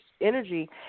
energy